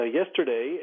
yesterday